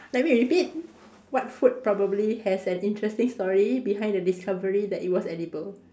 let me repeat what food probably has an interesting story behind the discovery that it was edible